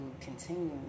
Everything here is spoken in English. continue